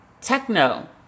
techno